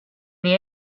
nii